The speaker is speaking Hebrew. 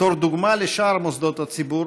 בתור דוגמה לשאר מוסדות הציבור,